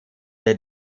der